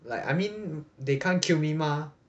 like I mean they can't kill me mah